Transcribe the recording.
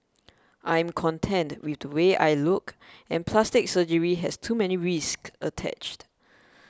I am content with the way I look and plastic surgery has too many risk attached